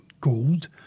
gold